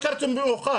הכרתם מאוחר.